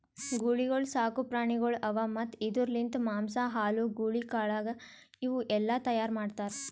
ಗೂಳಿಗೊಳ್ ಸಾಕು ಪ್ರಾಣಿಗೊಳ್ ಅವಾ ಮತ್ತ್ ಇದುರ್ ಲಿಂತ್ ಮಾಂಸ, ಹಾಲು, ಗೂಳಿ ಕಾಳಗ ಇವು ಎಲ್ಲಾ ತೈಯಾರ್ ಮಾಡ್ತಾರ್